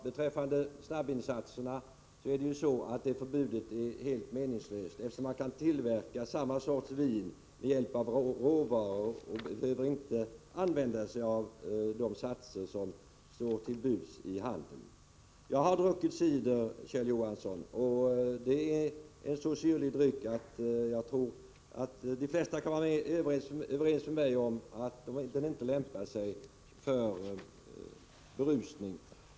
Förbudet för snabbvinsatserna är helt meningslöst, eftersom man kan tillverka samma sorts vin med hjälp av råvaror, utan att använda de satser som står till buds i handeln. Jag har druckit cider, Kjell Johansson, och det är en så syrlig dryck att jag tror att de flesta kan vara överens med mig om att den inte lämpar sig för berusning.